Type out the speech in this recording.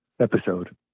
episode